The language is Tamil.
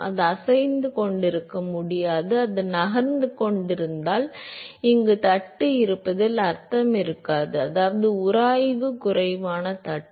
அது அசைந்து கொண்டிருக்க முடியாது அது நகர்ந்து கொண்டிருந்தால் இங்கு தட்டு இருப்பதில் அர்த்தம் இருக்காது அதாவது உராய்வு குறைவான தட்டு